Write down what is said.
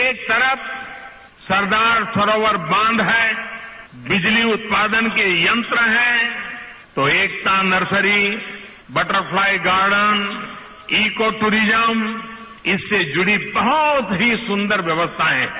एक तरफ सरदार सरोवर बांध है बिजली उत्पादन के यंत्र है तो Ekta nursery butterfly garden eco tourism इससे जुड़ी बहुत ही सुदंर व्यवस्थाएं हैं